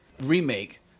remake